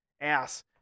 ass